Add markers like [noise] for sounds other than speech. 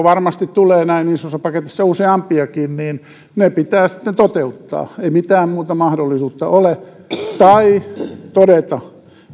[unintelligible] varmasti tulee näin isossa paketissa useampiakin niin ne pitää toteuttaa ei mitään muuta mahdollisuutta ole tai todeta